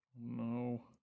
No